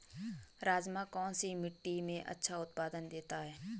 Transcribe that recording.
राजमा कौन सी मिट्टी में अच्छा उत्पादन देता है?